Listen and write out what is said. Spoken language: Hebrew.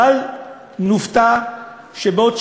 בל נופתע שבעוד שבוע,